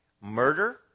Murder